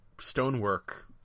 stonework